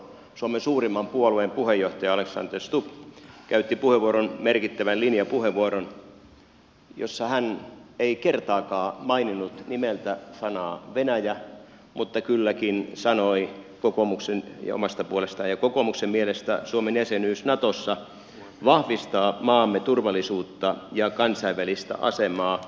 suomen suurimman puolueen puheenjohtaja alexander stubb käytti puheenvuoron merkittävän linjapuheenvuoron jossa hän ei kertaakaan maininnut nimeltä sanaa venäjä mutta kylläkin sanoi kokoomuksen ja omasta puolestaan että kokoomuksen mielestä suomen jäsenyys natossa vahvistaa maamme turvallisuutta ja kansainvälistä asemaa